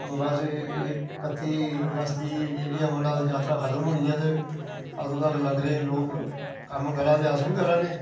बस्स एह् कत्ती अगस्त गी अमरनाथ जात्तरा खत्म होनी ऐ ते अदूं तक लंगरें च लोग कम्म करा दे अस बी करा ने